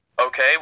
okay